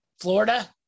Florida